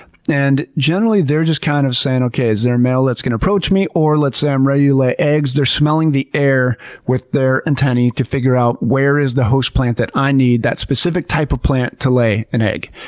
and generally, they're just kind of saying, okay, is there a male that's gonna approach me? or let's say i'm ready to lay eggs, they're smelling the air with their antennae to figure out where is the host plant that i need, that specific type of plant to lay an egg.